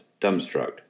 dumbstruck